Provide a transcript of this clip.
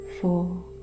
four